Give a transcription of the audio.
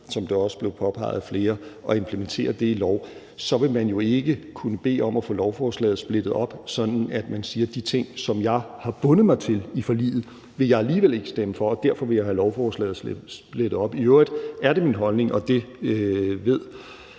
som det også er blevet påpeget af flere, og implementerer det i lov, så vil man jo ikke kunne bede om at få lovforslaget splittet op, sådan at man siger: De ting, som jeg har bundet mig til i forliget, vil jeg alligevel ikke stemme for, og derfor vil jeg have lovforslaget splittet op. I øvrigt er det min holdning, og det ved